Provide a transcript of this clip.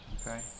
okay